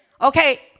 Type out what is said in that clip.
Okay